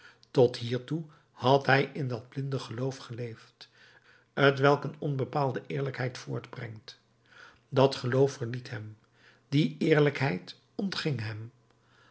tot hiertoe had hij in dat blinde geloof geleefd t welk een onbepaalde eerlijkheid voortbrengt dat geloof verliet hem die eerlijkheid ontging hem